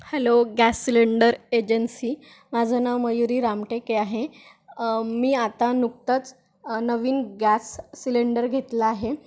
hello gas cylinder agency माझं नाव मयुरी रामटेके आहे मी आता नुकतंच नवीन गॅस सिलेंडर घेतला आहे